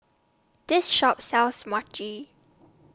This Shop sells Mochi